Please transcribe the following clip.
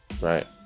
Right